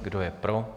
Kdo je pro?